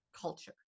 culture